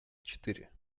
четыре